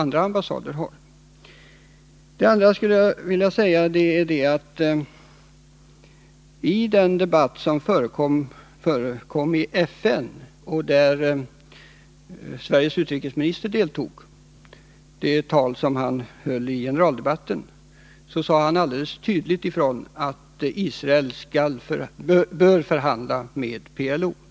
För det andra skulle jag vilja framhålla att Sveriges utrikesminister i en debatt i FN — jag tänker på det tal som han höll i generaldebatten — alldeles tydligt sade ifrån att Israel bör förhandla med PLO.